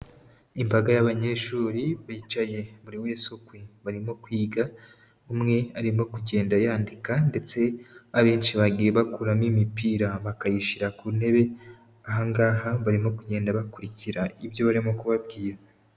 Imbaga y'abanyeshuri bicaye buri wese ukwe, barimo kwiga, umwe arimo kugenda yandika, ndetse abenshi bagiye bakuramo imipira bakayishyira ku ntebe, aha ngaha barimo kugenda bakurikira ibyo barimo kubabwira.